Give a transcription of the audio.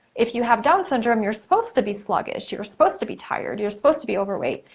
if you have down's syndrome you're supposed to be sluggish, you're supposed to be tired, you're supposed to be overweight.